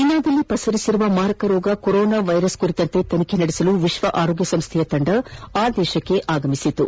ಚೀನಾದಲ್ಲಿ ಪಸರಿಸಿರುವ ಮಾರಕ ರೋಗ ಕೊರೋನಾ ವೈರಸ್ ಕುರಿತಂತೆ ತನಿಖೆ ನಡೆಸಲು ವಿಶ್ವ ಆರೋಗ್ಯ ಸಂಸ್ಥೆಯ ತಂಡ ಆ ದೇಶಕ್ಕೆ ಆಗಮಿಸಿತು